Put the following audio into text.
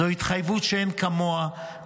זו התחייבות שאין כמוה,